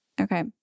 Okay